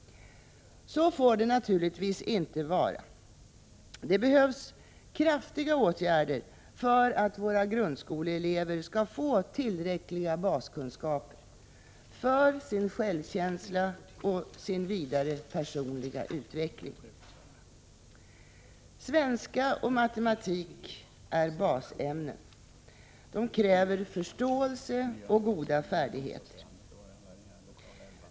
Så får det naturligtvis inte vara. Det behövs kraftfulla åtgärder för att våra grundskoleelever skall få tillräckliga baskunskaper för sin egen självkänsla och sin personliga vidareutveckling. Svenska och matematik är basämnen. De kräver förståelse och goda färdigheter.